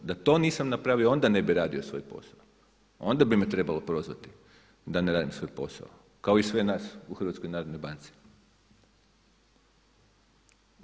Da to nisam napravio onda ne bih radio svoj posao, onda bi me trebalo prozvati da ne radim svoj posao kao i sve nas u HNB-u.